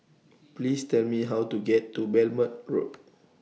Please Tell Me How to get to Belmont Road